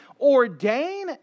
Ordain